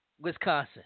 Wisconsin